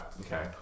okay